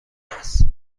است